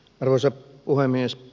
arvoisa puhemies